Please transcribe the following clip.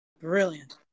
Brilliant